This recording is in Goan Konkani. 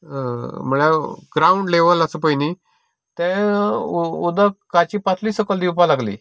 म्हळ्यार ग्रावंड लेवल आसा पय न्ही तें उदक उदकाची पातळी सकयल देंवपाक लागली